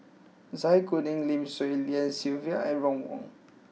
Zai Kuning Lim Swee Lian Sylvia and Ron Wong